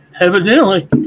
Evidently